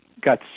got